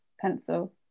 pencil